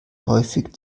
häufig